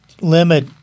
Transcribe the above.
limit